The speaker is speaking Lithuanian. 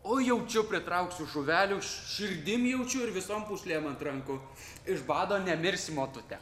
o jaučiu pritrauksiu žuvelių širdim jaučiu ir visom pūslėm ant rankų iš bado nemirsi motute